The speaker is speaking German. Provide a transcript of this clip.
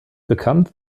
bekannt